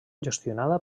gestionada